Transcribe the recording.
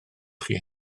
chi